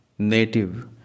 native